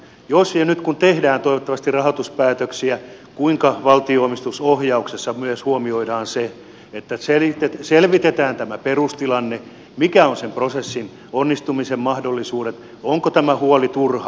jos ja kun nyt tehdään toivottavasti rahoituspäätöksiä kuinka valtion omistusohjauksessa myös huomioidaan se että selvitetään tämä perustilanne mitkä ovat sen prosessin onnistumisen mahdollisuudet onko tämä huoli turha